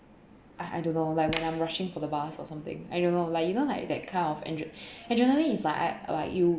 I I don't know like when I'm rushing for the bus or something I don't know like you know like that kind of adre~ adrenaline is like I like you